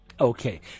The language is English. Okay